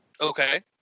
Okay